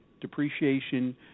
Depreciation